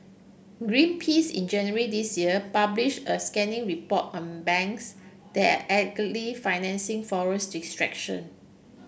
Greenpeace in January this year published a scathing report on banks there financing forest destruction